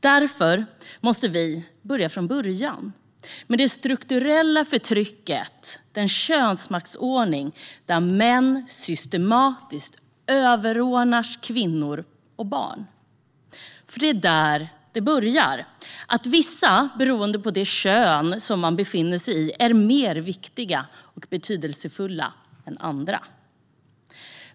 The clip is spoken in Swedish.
Därför måste vi börja från början, med det strukturella förtrycket och den könsmaktsordning där män systematiskt överordnas kvinnor och barn. Det är nämligen där det börjar: i att vissa, beroende på vilket kön de har, är viktigare och mer betydelsefulla än andra.